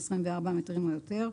24 מטרים או יותר.